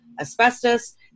asbestos